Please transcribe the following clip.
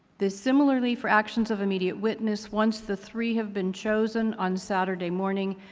this similarly for actions of immediate witness. once the three have been chosen on saturday morning,